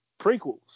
prequels